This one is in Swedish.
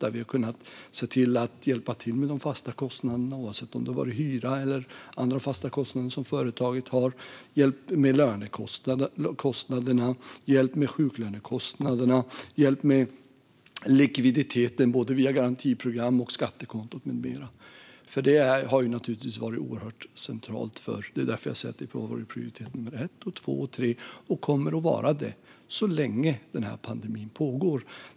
Därigenom har vi kunnat hjälpa till med de fasta kostnaderna, såsom hyra och annat, lönekostnaderna, sjuklönekostnaderna och likviditeten, både via garantiprogram, skattekontot med mera. Detta har varit centralt och som sagt prio ett, två och tre, och det kommer att fortsätta att vara det så länge pandemin pågår.